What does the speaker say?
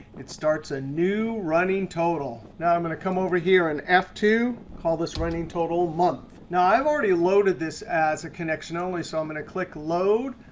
it starts a new running total. now i'm going to come over here and f two, call this running total month. now, i've already loaded this as a connection only. so i'm in a click load,